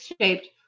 shaped